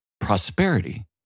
prosperity